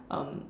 um